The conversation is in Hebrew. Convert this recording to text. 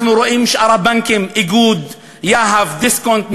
אנחנו רואים את שאר הבנקים: איגוד, יהב, דיסקונט,